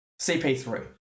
CP3